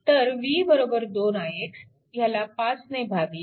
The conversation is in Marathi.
तर v 2 ix ह्याला 5 ने भागले